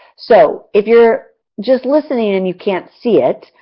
so, if you're just listening and you can't see it,